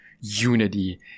unity